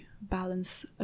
balance